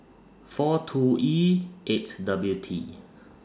four two E eight W T